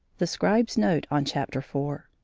the scribe's note on chapter four